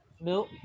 Milk